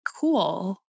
cool